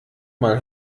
mal